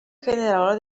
generador